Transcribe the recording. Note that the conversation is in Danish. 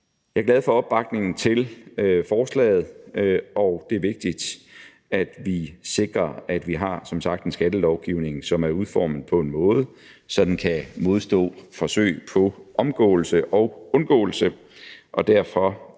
Jeg er glad for opbakningen til forslaget. Det er som sagt vigtigt, at vi sikrer, at vi har en skattelovgivning, som er udformet på en måde, så den kan modstå forsøg på omgåelse og undgåelse,